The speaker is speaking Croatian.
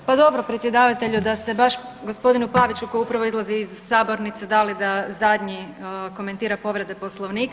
Pa dobro predsjedavatelju da ste baš gospodinu Paviću koji upravo izlazi iz sabornice dali da zadnji komentira povrede Poslovnika.